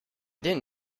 didn’t